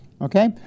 okay